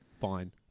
Fine